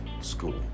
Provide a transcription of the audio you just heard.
school